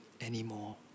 anymore